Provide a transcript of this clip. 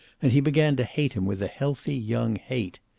and he began to hate him with a healthy young hate.